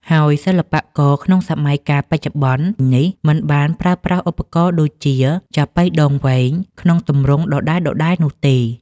ហើយសិល្បករក្នុងសម័យកាលបច្ចុប្បន្ននេះ មិនបានប្រើប្រាស់ឧបករណ៍ដូចជា ចាប៉ីដងវែង ក្នុងទម្រង់ដដែលៗនោះទេ។